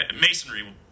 Masonry